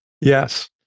yes